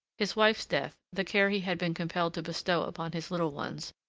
his wife's death, the care he had been compelled to bestow upon his little ones,